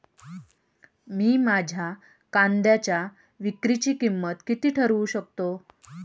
मी माझ्या कांद्यांच्या विक्रीची किंमत किती ठरवू शकतो?